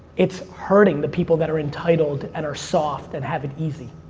it's hurting the people that are entitled, and are soft, and have it easy.